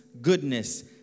goodness